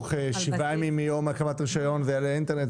שתוך 7 ימים מיום הקמת הרישיון זה יעלה לאינטרנט,